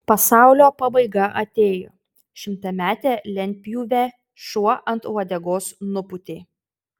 pasaulio pabaiga atėjo šimtametę lentpjūvę šuo ant uodegos nupūtė